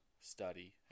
study